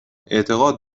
اعتقاد